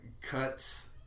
cuts